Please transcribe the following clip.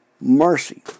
mercy